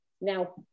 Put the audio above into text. now